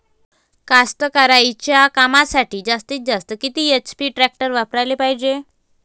कास्तकारीच्या कामासाठी जास्तीत जास्त किती एच.पी टॅक्टर वापराले पायजे?